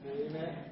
Amen